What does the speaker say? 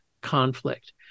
conflict